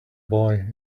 boy